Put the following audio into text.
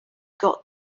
got